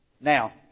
Now